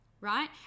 right